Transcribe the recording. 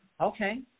Okay